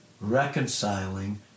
reconciling